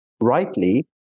rightly